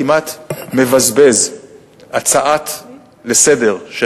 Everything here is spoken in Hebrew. כמעט מבזבז הצעה לסדר-היום,